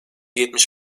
yetmiş